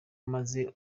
maze